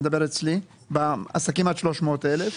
אני מדבר אצלי בעסקים עד 300,000 שקל,